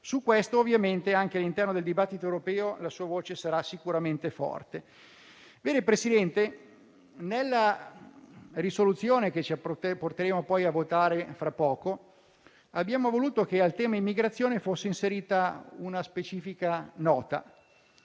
Su questo ovviamente anche all'interno del dibattito europeo la sua voce sarà sicuramente forte. Vede, Presidente, nella proposta di risoluzione che ci apprestiamo a votare fra poco abbiamo voluto che al tema immigrazione fosse inserita una specifica nota: